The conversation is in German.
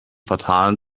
fatalen